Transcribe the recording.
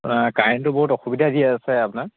কাৰেণ্টটো বহুত অসুবিধা দি আছে আপোনাৰ